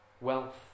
wealth